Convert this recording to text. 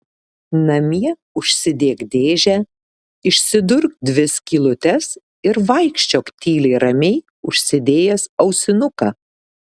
namie užsidėk dėžę išsidurk dvi skylutes ir vaikščiok tyliai ramiai užsidėjęs ausinuką